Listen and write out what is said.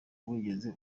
wigeze